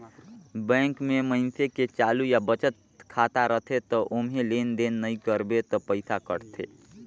bank में मइनसे के चालू या बचत खाता रथे त ओम्हे लेन देन नइ करबे त पइसा कटथे